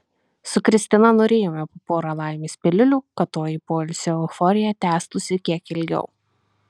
su kristina nurijome po porą laimės piliulių kad toji poilsio euforija tęstųsi kiek ilgiau